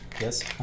Yes